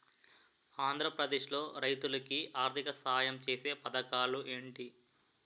ఆంధ్రప్రదేశ్ లో రైతులు కి ఆర్థిక సాయం ఛేసే పథకాలు ఏంటి?